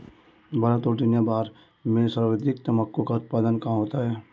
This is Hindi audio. भारत और दुनिया भर में सर्वाधिक तंबाकू का उत्पादन कहां होता है?